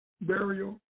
burial